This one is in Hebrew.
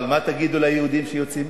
אבל מה תגידו ליהודים שיוצאים?